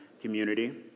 community